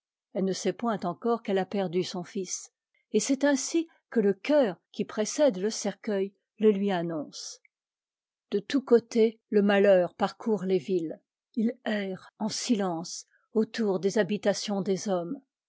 elle ne sait point encore qu'elle a perdu son fils et c'est ainsi que le chœur qui précède le cercueil le lui annonce de tout côté le malheur parcourt les villes il erre en silence autour des habitations des hom